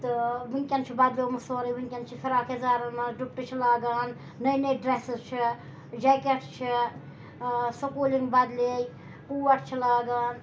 تہٕ وٕنۍکٮ۪ن چھُ بَدلیومُت سورُے وٕنۍکٮ۪ن چھِ فِراک یَزارَن منٛز ڈُپٹہٕ چھِ لاگان نٔے نٔے ڈرٛٮ۪سٕز چھِ جیکٮ۪ٹ چھِ سکوٗلِنٛگ بَدلے کوٹ چھِ لاگان